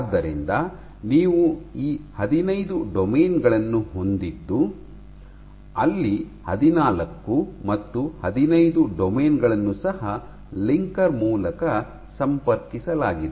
ಆದ್ದರಿಂದ ನೀವು ಈ ಹದಿನೈದು ಡೊಮೇನ್ ಗಳನ್ನು ಹೊಂದಿದ್ದು ಅಲ್ಲಿ ಹದಿನಾಲ್ಕು ಮತ್ತು ಹದಿನೈದು ಡೊಮೇನ್ ಗಳನ್ನು ಸಹ ಲಿಂಕರ್ ಮೂಲಕ ಸಂಪರ್ಕಿಸಲಾಗಿದೆ